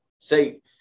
say